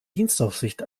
dienstaufsicht